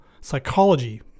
Psychology